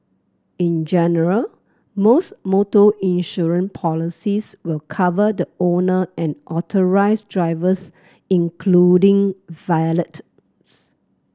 in general most motor insurance policies will cover the owner and authorised drivers including valet